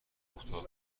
کوتاه